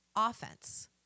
offense